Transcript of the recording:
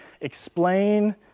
explain